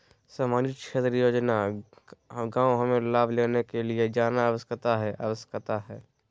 सामाजिक क्षेत्र योजना गांव हमें लाभ लेने के लिए जाना आवश्यकता है आवश्यकता है?